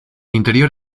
interior